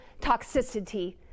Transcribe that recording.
toxicity